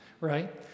right